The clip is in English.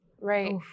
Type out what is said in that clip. Right